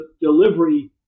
delivery